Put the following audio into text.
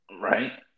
Right